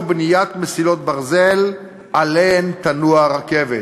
בניית מסילות ברזל שעליהן תנוע הרכבת.